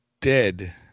dead